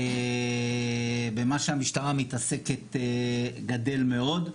במה שהמשטרה מתעסקת גדל מאוד.